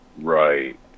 Right